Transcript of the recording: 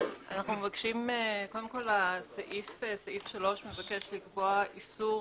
קודם כל, סעיף 3 מבקש לקבוע איסור-